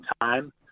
time